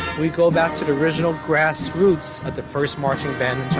we go back to the original grassroots of the first marching band